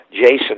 Jason